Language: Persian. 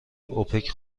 اوپک